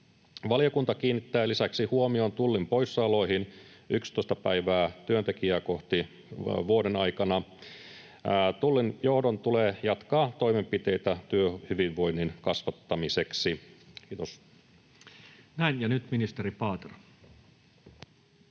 Valiokunta kiinnittää lisäksi huomion Tullin poissaoloihin, 11 päivää työntekijää kohti vuoden aikana. Tullin johdon tulee jatkaa toimenpiteitä työhyvinvoinnin kasvattamiseksi. — Kiitos. [Speech 526] Speaker: